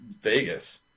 Vegas